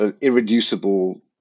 irreducible